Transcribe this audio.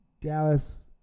Dallas